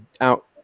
out